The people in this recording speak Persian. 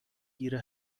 گیر